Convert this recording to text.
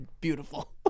beautiful